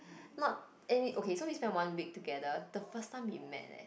not any okay we spend one week together the first time we met leh